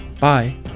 Bye